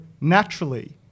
naturally